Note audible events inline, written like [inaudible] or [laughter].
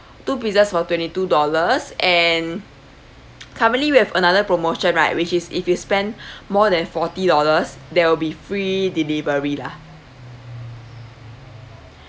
two pizzas for twenty two dollars and [noise] currently we have another promotion right which is if you spend [breath] more than forty dollars there will be free delivery lah